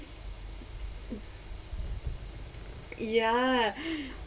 ya